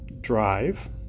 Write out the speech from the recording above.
drive